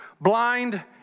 blind